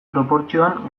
proportzioan